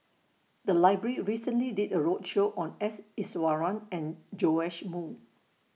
The Library recently did A roadshow on S Iswaran and Joash Moo